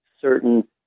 certain